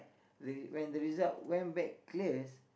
the when the when the result went back clears